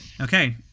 Okay